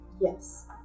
Yes